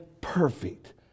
perfect